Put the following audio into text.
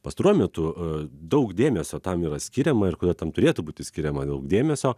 pastaruoju metu daug dėmesio tam yra skiriama ir kodėl tam turėtų būti skiriama daug dėmesio